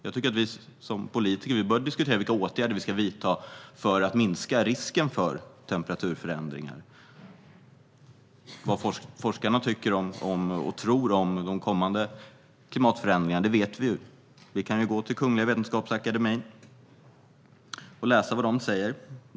Jag tycker att vi som politiker bör diskutera vilka åtgärder vi ska vidta för att minska risken för temperaturförändringar. Vad forskarna tycker och tror om kommande klimatförändringar vet vi ju redan. Vi kan gå till Kungliga Vetenskapsakademien och läsa vad de säger.